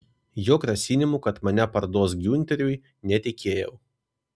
jo grasinimu kad mane parduos giunteriui netikėjau